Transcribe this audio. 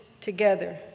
together